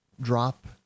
drop